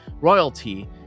royalty